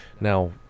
Now